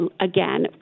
again